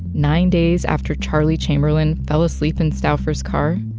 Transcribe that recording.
nine days after charlie chamberlain fell asleep in stalfour's car,